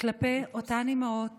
כלפי אותן אימהות